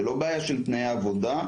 זו לא בעיה של תנאי עבודה.